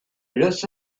los